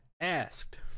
asked